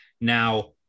Now